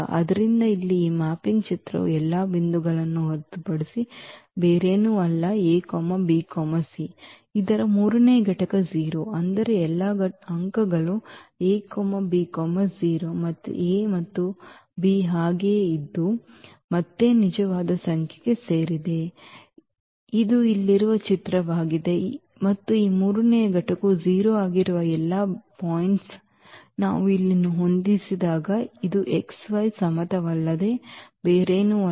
ಆದ್ದರಿಂದ ಇಲ್ಲಿ ಈ ಮ್ಯಾಪಿಂಗ್ನ ಚಿತ್ರವು ಎಲ್ಲಾ ಬಿಂದುಗಳನ್ನು ಹೊರತುಪಡಿಸಿ ಬೇರೇನೂ ಅಲ್ಲ a b c ಇದರ ಮೂರನೇ ಘಟಕ 0 ಅಂದರೆ ಎಲ್ಲಾ ಅಂಕಗಳು a b 0 a ಮತ್ತು b ಗೆ ಇದು ಮತ್ತೆ ನಿಜವಾದ ಸಂಖ್ಯೆಗೆ ಸೇರಿದೆ ಇದು ಇಲ್ಲಿರುವ ಚಿತ್ರವಾಗಿದೆ ಮತ್ತು ಈ ಮೂರನೇ ಘಟಕವು 0 ಆಗಿರುವ ಎಲ್ಲ ಬಿಂದುಗಳನ್ನು ನಾವು ಇಲ್ಲಿ ಹೊಂದಿಸಿದಾಗ ಇದು xy ಸಮತಲವಲ್ಲದೆ ಬೇರೇನೂ ಅಲ್ಲ